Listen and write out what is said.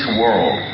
world